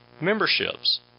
memberships